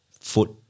foot